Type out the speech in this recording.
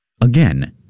Again